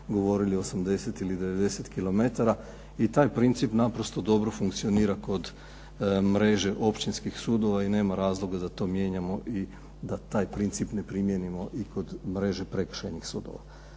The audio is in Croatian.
govorili 80 ili 90 kilometara. I taj princip naprosto dobro funkcionira kod mreže općinskih sudova i nema razloga da to mijenjamo i da taj princip ne primijenimo i kod mreže prekršajnih sudova.